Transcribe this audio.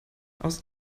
aus